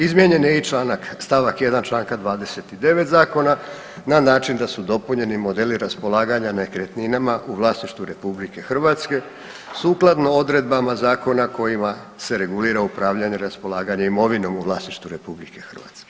Izmijenjen je i članak, stavak 1 čl. 29 Zakona na način da su dopunjeni modeli raspolaganja nekretninama u vlasništvu RH sukladno odredbama zakona kojima se regulira upravljanje i raspolaganje imovinom u vlasništvu RH.